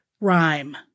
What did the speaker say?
rhyme